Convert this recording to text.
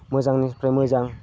मोजांनिफ्राय मोजां